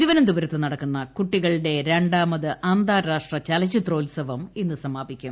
തിരുവനന്തപുരത്തു നടക്കുന്ന കുട്ടികളുടെ രണ്ടാമത് അന്താരാഷ്ട്ര ചലച്ചിത്രോത്സവം ഇന്ന് സമാപിക്കും